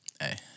Hey